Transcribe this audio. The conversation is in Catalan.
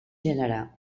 gènere